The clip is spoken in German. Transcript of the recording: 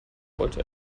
wollte